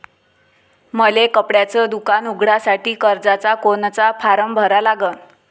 मले कपड्याच दुकान उघडासाठी कर्जाचा कोनचा फारम भरा लागन?